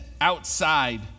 outside